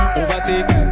overtake